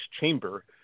Chamber